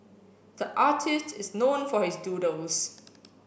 the artist is known for his doodles